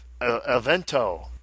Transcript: Avento